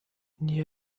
nii